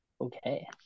Okay